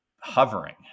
hovering